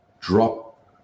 drop